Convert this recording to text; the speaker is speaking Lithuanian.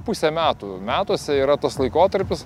pusę metų metuose yra tas laikotarpis